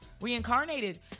reincarnated